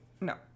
no